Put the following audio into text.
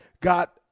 got